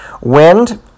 wind